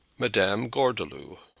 madam gordeloup.